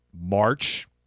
March